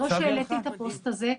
אחרי שהעליתי את הפוסט הזה.